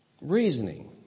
reasoning